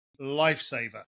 lifesaver